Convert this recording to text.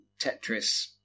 Tetris